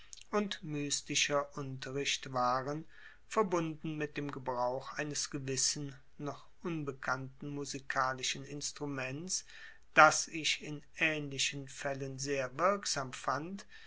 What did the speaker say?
und mystischer unterricht waren verbunden mit dem gebrauch eines gewissen noch unbekannten musikalischen instruments das ich in ähnlichen fällen sehr wirksam fand